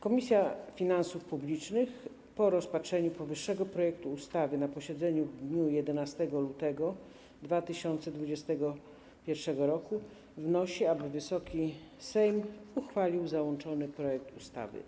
Komisja Finansów Publicznych po rozpatrzeniu powyższego projektu ustawy na posiedzeniu w dniu 11 lutego 2021 r. wnosi, aby Wysoki Sejm uchwalił załączony projekt ustawy.